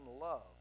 love